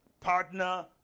partner